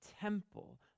temple